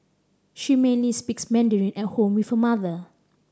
she mainly speaks Mandarin at home with her mother